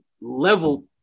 level